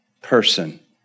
person